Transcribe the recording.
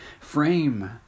frame